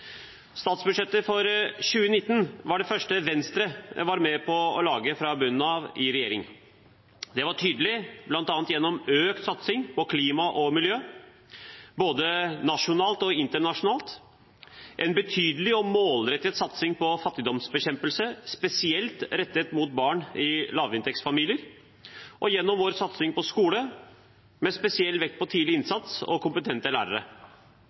Statsbudsjettet for 2019 var det første Venstre var med på å lage fra bunnen av i regjering. Det var tydelig, bl.a. gjennom økt satsing på klima og miljø, både nasjonalt og internasjonalt, en betydelig og målrettet satsing på fattigdomsbekjempelse, spesielt rettet mot barn i lavinntektsfamilier, og gjennom vår satsing på skolen, med spesiell vekt på tidlig innsats og kompetente lærere.